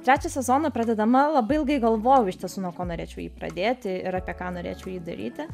trečią sezoną pradedama labai ilgai galvojau iš tiesų nuo ko norėčiau jį pradėti ir apie ką norėčiau jį daryti